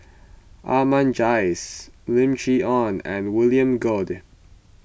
Ahmad Jais Lim Chee Onn and William Goode